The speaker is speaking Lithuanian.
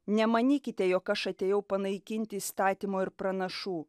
nemanykite jog aš atėjau panaikinti įstatymo ir pranašų